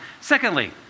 Secondly